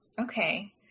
Okay